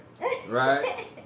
right